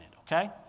Okay